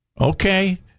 Okay